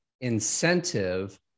incentive